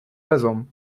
разом